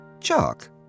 Chuck